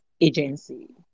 agency